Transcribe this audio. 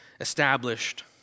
established